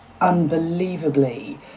unbelievably